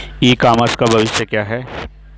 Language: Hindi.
ई कॉमर्स का भविष्य क्या है?